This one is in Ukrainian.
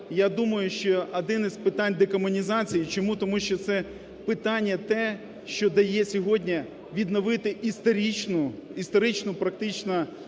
я думаю, що одне із питань декомунізації. Чому? Тому що це питання те, що дає сьогодні відновити історичну практично